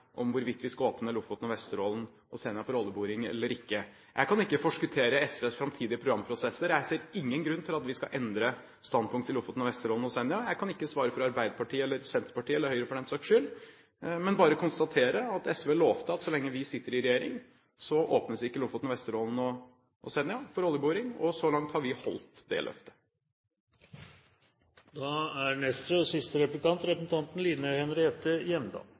om hvorvidt vi skal åpne områdene utenfor Lofoten, Vesterålen og Senja for oljeboring eller ikke. Jeg kan ikke forskuttere SVs framtidige programprosesser. Jeg ser ingen grunn til at vi skal endre standpunkt når det gjelder Lofoten, Vesterålen og Senja. Jeg kan ikke svare for Arbeiderpartiet eller Senterpartiet – eller Høyre, for den saks skyld – men bare konstatere at SV lovte at så lenge vi sitter i regjering, åpnes ikke områdene utenfor Lofoten, Vesterålen og Senja for oljeboring. Så langt har vi holdt det løftet. Det er en gledens dag – representanten